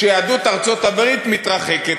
כשיהדות ארצות-הברית מתרחקת,